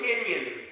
opinion